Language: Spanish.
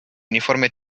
uniforme